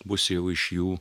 bus jau iš jų